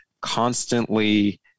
constantly